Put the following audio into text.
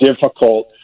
difficult